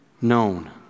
known